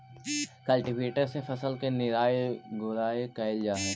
cultivator से फसल के निराई गुडाई कैल जा हई